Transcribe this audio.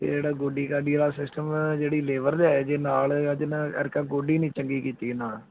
ਅਤੇ ਜਿਹੜਾ ਗੋਡੀ ਗਾਡੀ ਵਾਲਾ ਸਿਸਟਮ ਜਿਹੜੀ ਲੇਬਰ ਦਾ ਹੈ ਜੇ ਨਾਲ ਅੱਜ ਨਾ ਅਰਕਾ ਗੋਡੀ ਨਹੀਂ ਚੰਗੀ ਕੀਤੀ ਨਾਲ